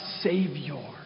Savior